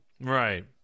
Right